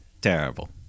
Terrible